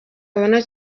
abona